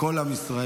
כל עם ישראל.